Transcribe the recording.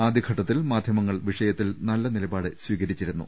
ആദ്യഘട്ടത്തിൽ മാധ്യമങ്ങൾ വിഷയത്തിൽ നല്ല നിലപാട് സ്വീക രിച്ചിരുന്നു